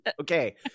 okay